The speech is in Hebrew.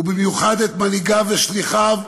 ובמיוחד את מנהיגיו ושליחיו,